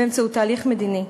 באמצעות תהליך מדיני.